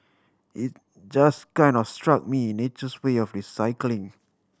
it just kind of struck me nature's way of recycling